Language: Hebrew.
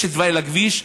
יש תוואי לכביש,